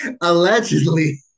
allegedly